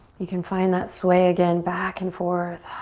you can find that sway again back and forth.